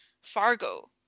Fargo